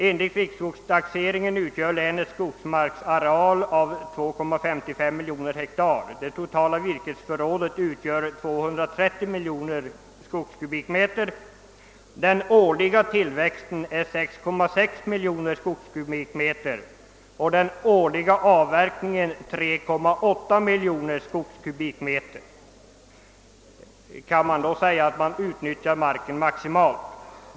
Enligt riksskogstaxeringen utgör länets skogsmarksareal 2,55 miljoner hektar och det totala virkesförrådet 230 miljoner skogskubikmeter. Den årliga tillväxten är 6,6 miljoner skogskubikmeter och den årliga avverkningen 3,8 miljoner skogskubikmeter. Kan det då sägas att marken utnyttjas maximalt?